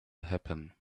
happen